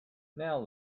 now